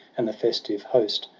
and the festive host,